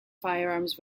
firearms